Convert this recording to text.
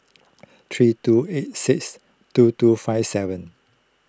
three two eight six two two five seven